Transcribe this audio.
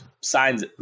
signs